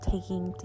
taking